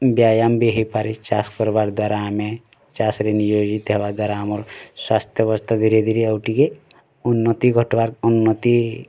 ବ୍ୟାୟାମ ବି ହେଇ ପାରେ ଚାଷ୍ କରବାର୍ ଦ୍ଵାରା ଆମେ ଚାଷ୍ ରେ ନିୟୋଜିତ ହେବା ଦ୍ଵାରା ଆମର୍ ସ୍ଵାସ୍ଥ୍ୟ ଅବସ୍ଥା ଧୀରେ ଧୀରେ ଆଉ ଟିକେ ଉନ୍ନତ୍ତି ଘଟବାର୍ ଉନ୍ନତ୍ତି